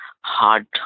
hard